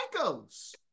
psychos